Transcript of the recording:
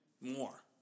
More